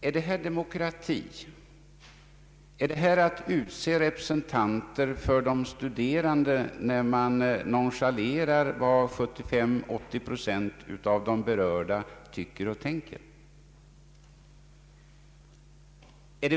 är det ett demokratiskt sätt att utse representanter för de studerande, när man nonchalerar vad 75—380 procent av de berörda tycker och tänker?